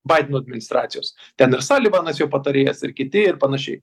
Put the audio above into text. baideno administracijos ten ir salivanas jo patarėjas ir kiti ir panašiai